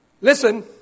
Listen